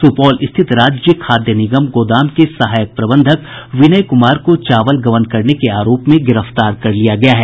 सुपौल स्थित राज्य खाद्य निगम गोदाम के सहायक प्रबंधक विनय कुमार को चावल गबन करने के आरोप में गिरफ्तार कर लिया गया है